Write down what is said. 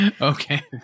Okay